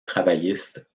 travailliste